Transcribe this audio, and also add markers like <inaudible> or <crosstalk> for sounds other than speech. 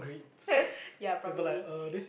<noise> ya probably